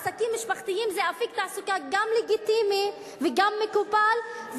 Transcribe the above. עסקים משפחתיים זה אפיק תעסוקה גם לגיטימי וגם מקובל,